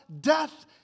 death